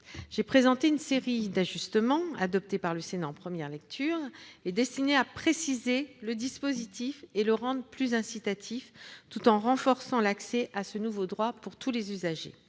j'ai présenté une série d'ajustements, adoptés par le Sénat en première lecture, et destinés à rendre le dispositif plus précis et plus incitatif, tout en renforçant l'accès à ce nouveau droit pour tous les usagers.